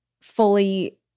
fully